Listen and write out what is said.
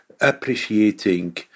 appreciating